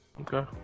Okay